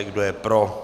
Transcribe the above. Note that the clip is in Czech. Kdo je pro?